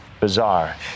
bizarre